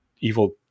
evil